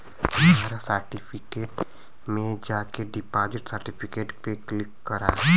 माय certificate में जाके deposit certificate पे क्लिक करा